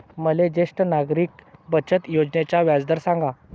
मले ज्येष्ठ नागरिक बचत योजनेचा व्याजदर सांगा